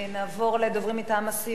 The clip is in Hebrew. נעבור לדוברים מטעם הסיעות.